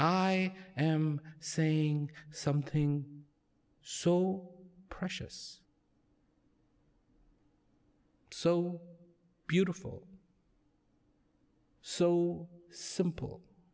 i am saying something so precious so beautiful so simple